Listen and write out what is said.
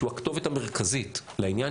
שהוא הכתובת המרכזית לעניין,